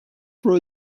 for